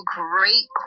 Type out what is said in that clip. great